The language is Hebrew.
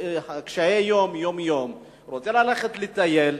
קשה-יום רוצה ללכת לטייל,